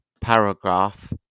paragraph